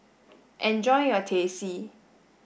enjoy your Teh C